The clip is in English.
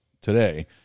today